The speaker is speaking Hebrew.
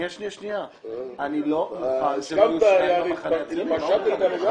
שנייה, אני לא מוכן שיהיו שניים מהמחנה הציוני.